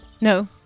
No